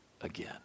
again